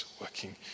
working